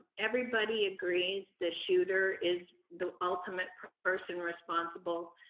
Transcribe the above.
everybody agrees the shooter is the ultimate person responsible,